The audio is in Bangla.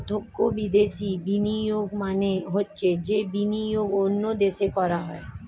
প্রত্যক্ষ বিদেশি বিনিয়োগ মানে হচ্ছে যে বিনিয়োগ অন্য দেশে করা হয়